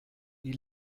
die